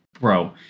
bro